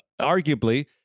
arguably